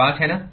5 है ना